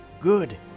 Good